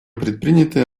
предприняты